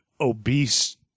obese